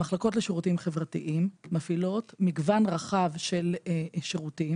המחלקות לשירותים חברתיים מפעילות מגוון רחב של שירותים